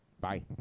Bye